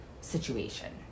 situation